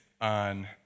on